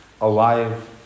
alive